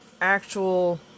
actual